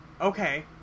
okay